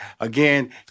again